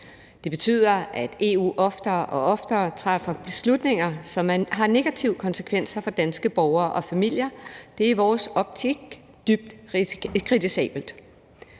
Det betyder, at EU oftere og oftere træffer beslutninger, som har negative konsekvenser for danske borgere og familier, og det er i vores optik dybt kritisabelt.